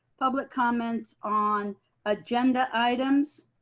public comments on agenda items,